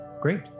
Great